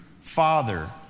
father